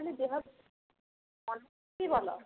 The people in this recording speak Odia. ଖାଲି ଦେହ ମନ ବି ଭଲ